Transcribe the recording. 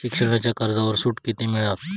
शिक्षणाच्या कर्जावर सूट किती मिळात?